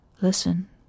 listen